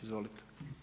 Izvolite.